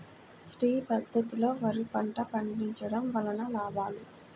శ్రీ పద్ధతిలో వరి పంట పండించడం వలన లాభాలు?